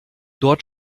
dort